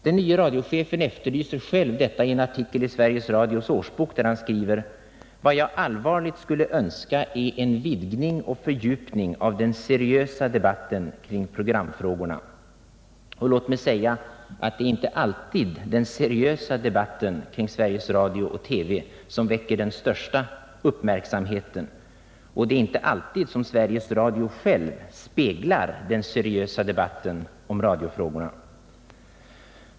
Den nye radiochefen efterlyser själv detta i en artikel i Sveriges Radios årsbok, där han skriver: ”Vad jag allvarligt skulle önska är en vidgning och fördjupning av den seriösa debatten kring programfrågorna.” Låt mig säga att det är inte alltid den seriösa debatten kring Sveriges Radio och TV som väcker den största uppmärksamheten och det är inte heller alltid som Sveriges Radio själv i första hand speglar den seriösa debatten om radiofrågorna.